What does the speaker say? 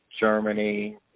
Germany